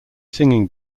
singing